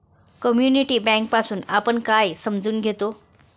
Community bank पासुन आपण काय समजून घेतो?